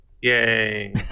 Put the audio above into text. Yay